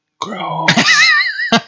Gross